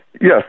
Yes